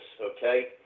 okay